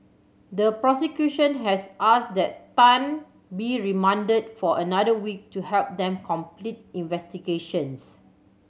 the prosecution has asked that Tan be remanded for another week to help them complete investigations